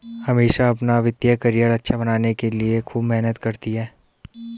अमीषा अपना वित्तीय करियर अच्छा बनाने के लिए खूब मेहनत करती है